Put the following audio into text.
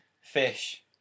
Fish